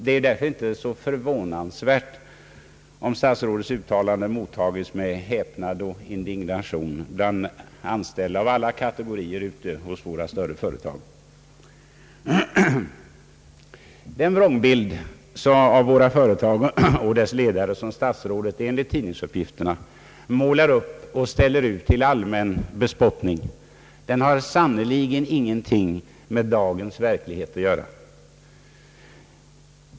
Det är därför inte så förvånansvärt, om statsrådets uttalande mottages med häpnad och indignation bland an ställda av alla kategorier ute hos våra större företag. Den vrångbild av våra företag och deras ledare som statsrådet enligt tidningsuppgifterna målar upp och ställer upp till allmän bespottning har sannerligen ingenting med dagens verklighet att göra.